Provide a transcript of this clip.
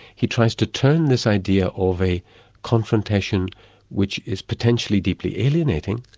he tries to turn this idea of a confrontation which is potentially deeply alienating,